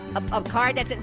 a card that says.